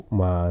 ma